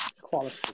quality